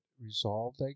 resolved